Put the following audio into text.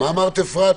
מה אמרת, אפרת?